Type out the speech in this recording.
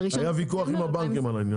היה ויכוח עם הבנקים על זה.